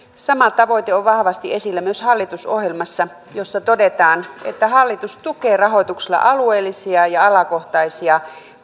sama tavoite on vahvasti esillä myös hallitusohjelmassa jossa todetaan että hallitus tukee rahoituksella alueellisia ja alakohtaisia